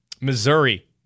Missouri